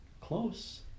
close